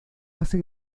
hace